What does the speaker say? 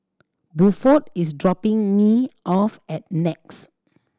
Buford is dropping me off at NEX